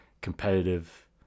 competitive